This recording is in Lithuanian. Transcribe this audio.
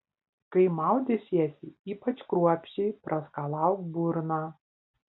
kai maudysiesi ypač kruopščiai praskalauk burną